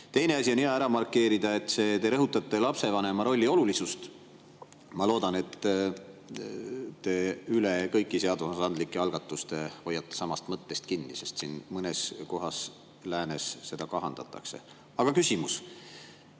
Teine asi, mis on hea ära markeerida. Te rõhutate lapsevanema rolli olulisust. Ma loodan, et te üle kõikide seadusandlike algatuste hoiate samast mõttest kinni, sest mõnes kohas läänes seda [rolli] kahandatakse. Aga küsimus: